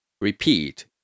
repeat